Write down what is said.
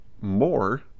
more